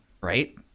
right